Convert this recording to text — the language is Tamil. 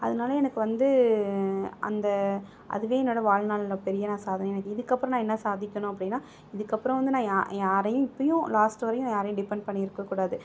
அதனால் எனக்கு வந்து அந்த அதுவே என்னோடய வாழ்நாளில் பெரிய நான் சாதனையாக இதுக்கப்புறம் என்ன சாதிக்கணும் அப்படினா இதுக்கப்புறம் வந்து நான் யா யாரையும் இப்போயும் லாஸ்ட் வரையும் யாரையும் டிபன்ட் பண்ணி இருக்க கூடாது